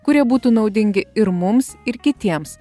kurie būtų naudingi ir mums ir kitiems